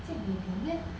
见你里面